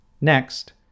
Next